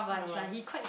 I don't know eh